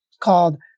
called